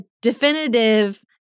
definitive